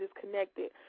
Disconnected